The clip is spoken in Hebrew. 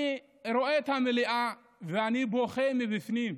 אני רואה את המליאה ואני בוכה מבפנים.